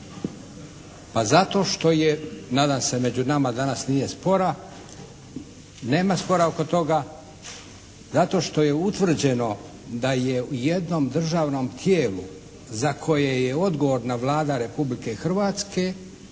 Pa zato što je, nadam se među nama danas nije spora, nema spora oko toga zato što je utvrđeno da je u jednom državnom tijelu za koje je odgovorna Vlada Republike Hrvatske